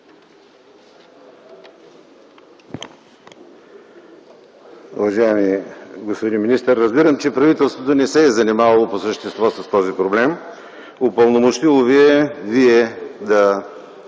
Уважаеми господин министър, разбирам, че правителството не се е занимавало по същество с този проблем, упълномощило е Вас